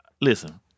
Listen